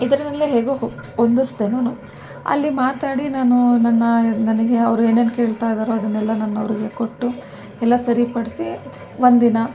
ಇದರಲ್ಲೇ ಹೇಗೋ ಹೊಂದಿಸಿದೆ ನಾನು ಅಲ್ಲಿ ಮಾತಾಡಿ ನಾನು ನನ್ನ ನನಗೆ ಅವರು ಏನೇನು ಕೇಳ್ತಾಯಿದ್ದಾರೋ ಅದನ್ನೆಲ್ಲ ನಾನು ಅವರಿಗೆ ಕೊಟ್ಟು ಎಲ್ಲ ಸರಿಪಡಿಸಿ ಒಂದಿನ